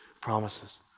promises